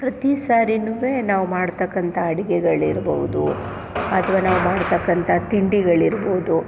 ಪ್ರತೀ ಸಾರೀನೂ ನಾವು ಮಾಡ್ತಕ್ಕಂಥ ಅಡಿಗೆಗಳಿರ್ಬೋದು ಅಥವಾ ನಾವು ಮಾಡ್ತಕ್ಕಂಥ ತಿಂಡಿಗಳಿರ್ಬೋದು